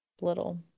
little